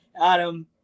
Adam